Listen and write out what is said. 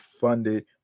funded